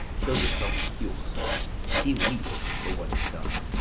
shows itself pure he weeps for what is done.